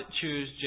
choose